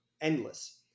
endless